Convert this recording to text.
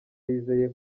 yizeye